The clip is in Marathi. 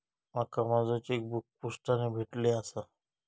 माका माझो चेकबुक पोस्टाने भेटले आसा